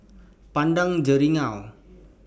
Padang Jeringau